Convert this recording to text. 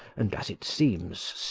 and, as it seems,